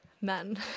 men